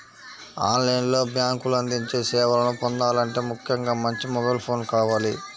on line లో బ్యేంకులు అందించే సేవలను పొందాలంటే ముఖ్యంగా మంచి మొబైల్ ఫోన్ కావాలి